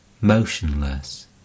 motionless